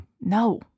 No